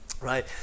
Right